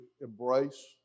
embrace